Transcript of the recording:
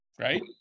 right